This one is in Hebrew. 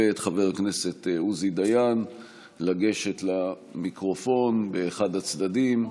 ואת חבר הכנסת עוזי דיין לגשת למיקרופון באחד הצדדים,